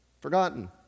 Forgotten